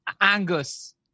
Angus